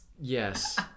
yes